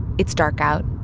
it's dark out.